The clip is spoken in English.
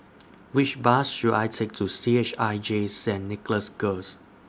Which Bus should I Take to C H I J Saint Nicholas Girls